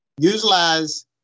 utilize